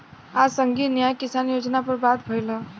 आज संघीय न्याय किसान योजना पर बात भईल ह